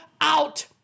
out